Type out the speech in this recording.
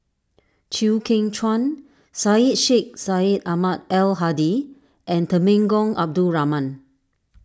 Chew Kheng Chuan Syed Sheikh Syed Ahmad Al Hadi and Temenggong Abdul Rahman